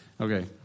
Okay